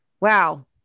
Wow